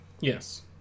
Yes